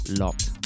locked